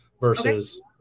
versus